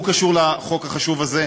אפילו חשבונות החשמל שלך יהיו במאגר,